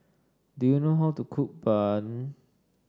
do you know how to cook bun